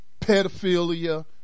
pedophilia